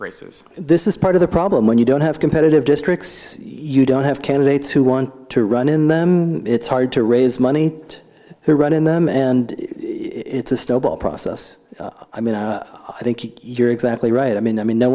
races this is part of the problem when you don't have competitive districts you don't have candidates who want to run in them it's hard to raise money that they run in them and it's a stable process i mean i think you're exactly right i mean i mean no